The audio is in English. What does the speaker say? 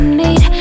need